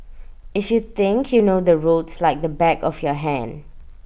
if you think you know the roads like the back of your hand